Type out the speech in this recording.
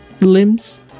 limbs